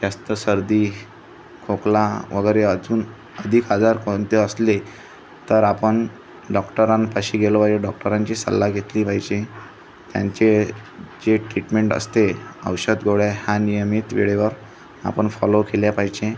जास्त सर्दी खोकला वगैरे अजून अधिक आजार कोणते असले तर आपण डॉक्टरांपाशी गेलो पाहिजे डॉक्टरांची सल्ला घेतली पाहिजे त्यांचे जे ट्रीटमेंट असते औषध गोळ्या ह्या नियमित वेळेवर आपण फॉलो केल्या पाहिजे